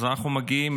אז אנחנו מגיעים